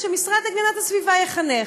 שהמשרד להגנת הסביבה יחנך.